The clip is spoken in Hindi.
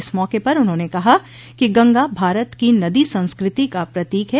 इस मौके पर उन्होंने कहा कि गंगा भारत की नदी संस्कृति का प्रतीक है